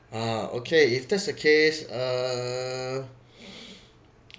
ah okay if that's the case uh